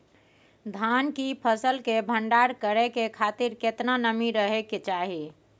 धान की फसल के भंडार करै के खातिर केतना नमी रहै के चाही?